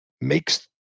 makes